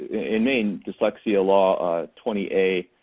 in maine, dyslexia law twenty a